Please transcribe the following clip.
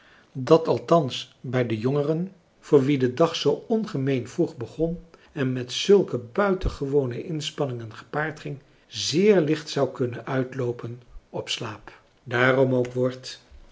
dat althans bij de jongeren voor wie de dag zoo ongemeen vroeg begon en met zulke buitengewone inspanningen gepaard ging zeer licht zou kunnen uitloopen op slaap daarom ook wordt